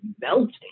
melting